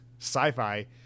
sci-fi